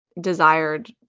desired